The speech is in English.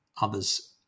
others